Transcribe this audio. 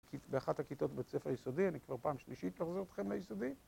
באחת הכיתות בבית ספר יסודי, אני כבר פעם שלישית מחזיר אתכם ליסודי